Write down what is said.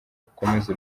ukomeze